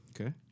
Okay